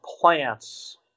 plants